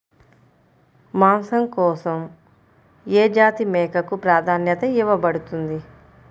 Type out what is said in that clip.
మాంసం కోసం ఏ జాతి మేకకు ప్రాధాన్యత ఇవ్వబడుతుంది?